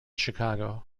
chicago